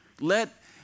Let